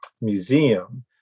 museum